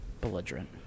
belligerent